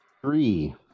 Three